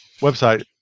website